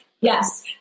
yes